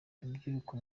rubyiruko